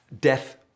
death